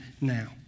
now